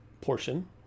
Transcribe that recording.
portion